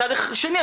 מצד שני,